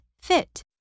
fit